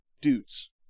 dudes